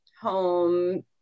home